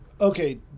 Okay